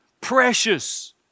precious